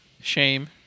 Shame